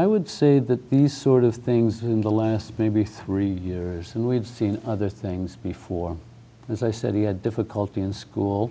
i would say that these sort of things in the last three years and we've seen other things before as i said he had difficulty in school